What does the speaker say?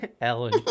Ellen